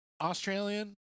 Australian